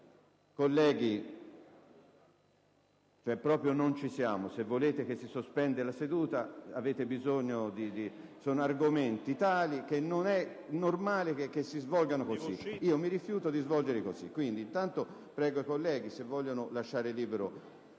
Colleghi, proprio non ci siamo. Volete che si sospenda la seduta? Sono argomenti tali che non è normale che si svolgano così. Io mi rifiuto di svolgerli così. Quindi, prego i colleghi di lasciare libero